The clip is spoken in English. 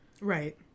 Right